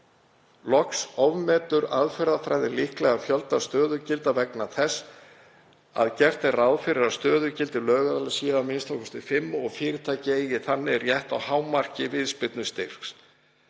„Loks ofmetur aðferðafræðin líklega fjölda stöðugilda vegna þess að gert er ráð fyrir að stöðugildi lögaðila séu a.m.k. 5 og fyrirtæki eigi þannig rétt á hámarki viðspyrnustyrks.“